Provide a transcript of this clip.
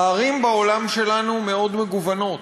הערים בעולם שלנו מאוד מגוונות.